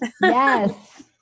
Yes